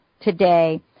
today